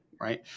right